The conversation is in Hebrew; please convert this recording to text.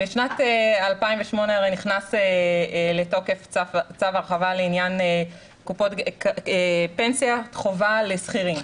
בשנת 2008 הרי נכנס לתוקף צו הרחבה לעניין פנסיה חובה לשכירים.